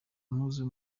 impuzu